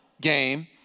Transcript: game